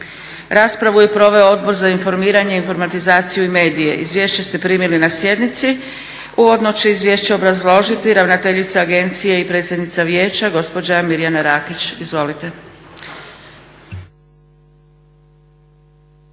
Raspravu je proveo Odbor za informiranje, informatizaciju i medije. Izvješće ste primili na sjednici. Uvodno će izvješće obrazložiti ravnateljica agencije i predsjednica vijeća, gospođa Mirjana Rakić. Izvolite.